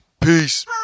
Peace